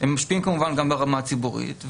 הם משפיעים כמובן גם ברמה הציבורית.